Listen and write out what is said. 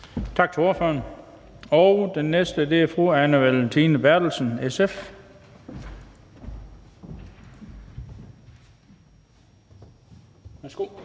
Tak til ordføreren. Og den næste er fru Anne Valentina Berthelsen, SF. Værsgo.